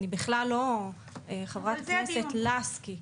חברת הכנסת לסקי,